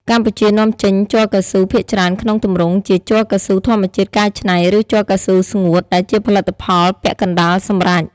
កម្ពុជានាំចេញជ័រកៅស៊ូភាគច្រើនក្នុងទម្រង់ជាជ័រកៅស៊ូធម្មជាតិកែច្នៃ ឬ ជ័រកៅស៊ូស្ងួត ដែលជាផលិតផលពាក់កណ្តាលសម្រេច។